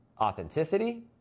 authenticity